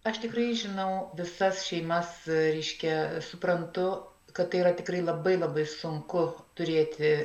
aš tikrai žinau visas šeimas reiškia suprantu kad tai yra tikrai labai labai sunku turėti